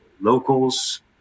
locals